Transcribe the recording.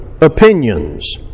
opinions